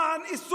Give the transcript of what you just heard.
נגד השוק האפור,